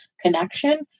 connection